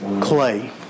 clay